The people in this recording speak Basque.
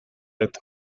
dut